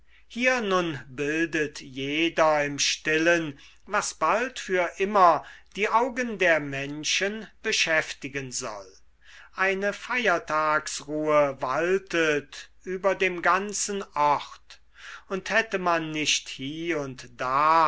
hier nun bildet jeder im stillen was bald für immer die augen der menschen beschäftigen soll eine feiertagsruhe waltet über dem ganzen ort und hätte man nicht hie und da